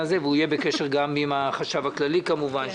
הזה והוא יהיה בקשר גם עם החשב הכללי כמובן.